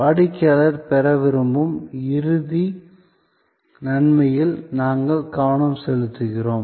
வாடிக்கையாளர் பெற விரும்பும் இறுதி நன்மையில் நாங்கள் கவனம் செலுத்துகிறோம்